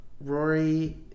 rory